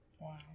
Wow